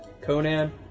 Conan